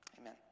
Amen